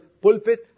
pulpit